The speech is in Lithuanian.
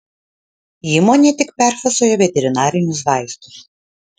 įmonė tik perfasuoja veterinarinius vaistus